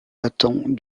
datant